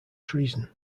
treason